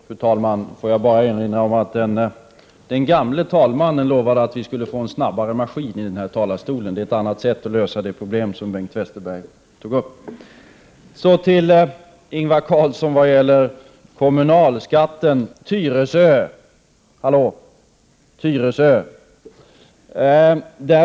Fru talman! Får jag bara erinra om att den förre talmannen lovade att vi skulle få en snabbare maskin i den här talarstolen. Det är ett annat sätt att lösa det problem som Bengt Westerberg tog upp. Så till Ingvar Carlsson vad gäller kommunalskatten i Tyresö.